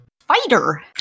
Fighter